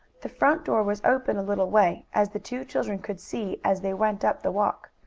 the front door was open a little way, as the two children could see as they went up the walk.